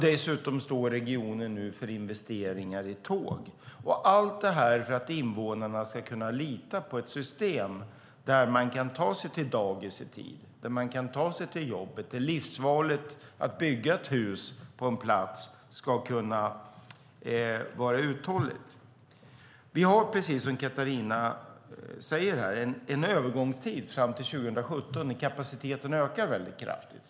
Dessutom står regionen nu för investeringar i tåg. Allt detta görs för att invånarna ska kunna lita på ett system där man kan ta sig till dagis i tid och där man kan ta sig till jobbet. Livsvalet att bygga ett hus på en viss plats ska vara uthålligt. Precis som Catharina säger råder en övergångstid fram till 2017 då kapaciteten ökar kraftigt.